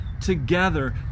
together